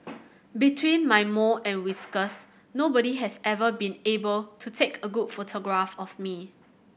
between my mole and whiskers nobody has ever been able to take a good photograph of me